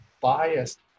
biased